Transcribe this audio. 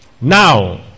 Now